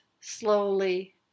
slowly